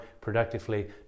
productively